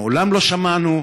מעולם לא שמענו,